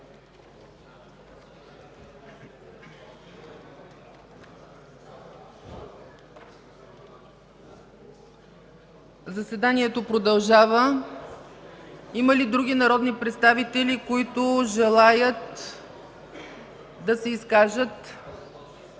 Заседанието продължава. Има ли други народни представители, които желаят да се изкажат?